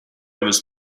was